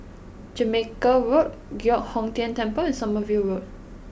Jamaica Road Giok Hong Tian Temple and Sommerville Road